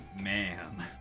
Man